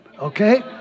okay